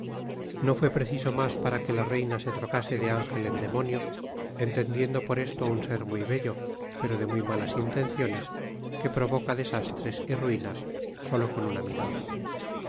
no fue preciso más para que la reina se trocase de ángel en demonio entendiendo por esto un ser muy bello pero de muy malas intenciones que provoca desastres y ruinas sólo con una mirada